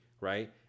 right